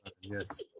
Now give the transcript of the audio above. yes